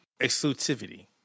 exclusivity